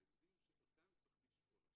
שאותם צריך לשאול.